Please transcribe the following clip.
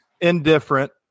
Indifferent